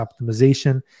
optimization